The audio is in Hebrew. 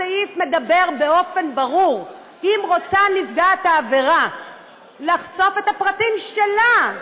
הסעיף מדבר באופן ברור: אם רוצה נפגעת העבירה לחשוף את הפרטים שלה,